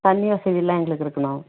தண்ணி வசதியெல்லாம் எங்களுக்கு இருக்கணும்